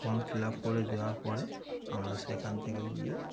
form fill up করে দেওয়ার পরে আমরা সেখান থেকে গিয়ে